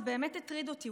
זה באמת הטריד אותי.